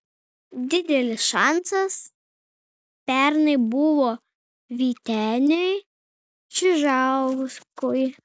didelis šansas pernai buvo vyteniui čižauskui